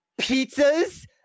pizzas